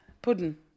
pudding